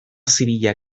zibila